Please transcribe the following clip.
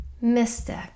mystic